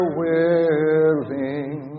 willing